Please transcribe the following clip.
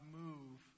move